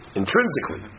intrinsically